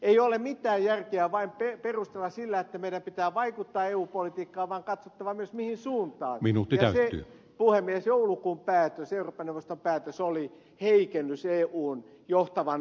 ei ole mitään järkeä vain perustella sillä että meidän pitää vaikuttaa eu politiikkaan vaan on katsottava myös mihin suuntaan ja se puhemies joulukuun eurooppa neuvoston päätös oli heikennys eun johtavassa asiassa